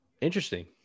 Interesting